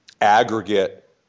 aggregate